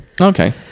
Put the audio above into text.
Okay